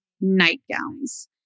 nightgowns